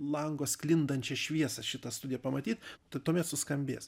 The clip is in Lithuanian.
lango sklindančią šviesą šitą studiją pamatyt tai tuomet suskambės